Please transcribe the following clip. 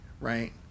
right